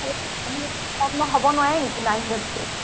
কম হ'ব নোৱাৰে নেকি তকে